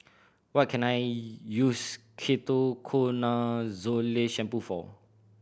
what can I use Ketoconazole Shampoo for